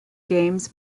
games